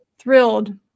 thrilled